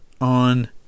on